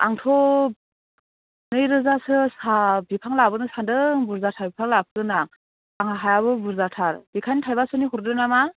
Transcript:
आंथ' नैरोजासो साहा बिफां लाबोनो सान्दों बुरजाथार बिफां लाबोगोन ना आंहा हायाबो बुरजाथार बेखायनो थाइबासोनि हरदो नामा